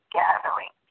gathering